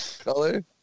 Color